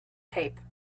tape